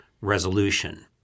resolution